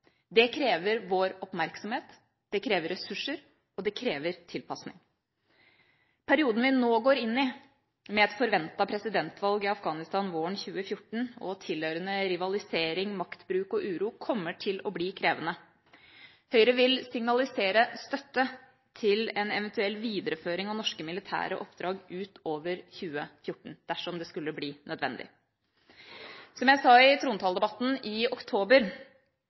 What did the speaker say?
Det krever vår oppmerksomhet, det krever ressurser og det krever tilpasning. Perioden vi nå går inn i – med et forventet presidentvalg i Afghanistan våren 2014 og tilhørende rivalisering, maktbruk og uro – kommer til å bli krevende. Høyre vil signalisere støtte til en eventuell videreføring av norske militære oppdrag utover 2014 dersom det skulle bli nødvendig. Som jeg sa i trontaledebatten i oktober,